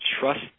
trust